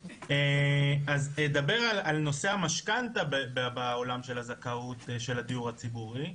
אדבר על נושא המשכנתא בעולם של הזכאות ושל הדיור הציבורי,